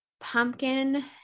pumpkin